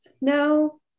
No